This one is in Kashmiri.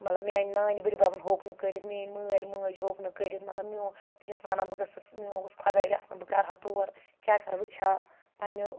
مطلب میٛانہِ نانہِ بٔڈ بَبَن ہیوٚک نہٕ کٔرِتھ میٛٲنۍ مٲلۍ مٲج ہیوٚک نہٕ کٔرِتھ مطلب میون بہٕ چھس وَنان بہٕ گٔژھٕس میون گوٚژھ خۄداے وٮ۪ژھُن بہٕ کَرٕ ہا تور چَکر وٕچھِ ہا پنٛنیو